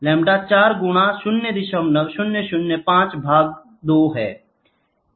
lambda 4 गुना 0005 भाग 2 है